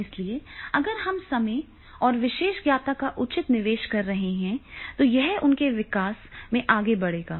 इसलिए अगर हम समय और विशेषज्ञता का उचित निवेश कर रहे हैं तो यह उनके विकास में आगे बढ़ेगा